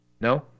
No